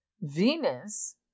Venus